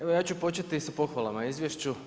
Evo ja ću početi sa pohvalama izvješću.